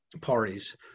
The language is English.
parties